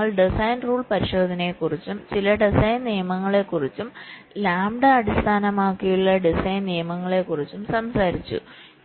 ഞങ്ങൾ design rule പരിശോധനയെക്കുറിച്ചും ചില ഡിസൈൻ നിയമങ്ങളെക്കുറിച്ചും ലാംഡ അടിസ്ഥാനമാക്കിയുള്ള ഡിസൈൻ നിയമങ്ങളെക്കുറിച്ചും സംസാരിച്ചു